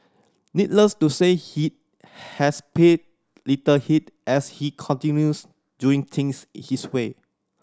needless to say he has paid little heed as he continues doing things his way